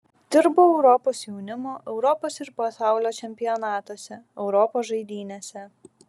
dirbau europos jaunimo europos ir pasaulio čempionatuose europos žaidynėse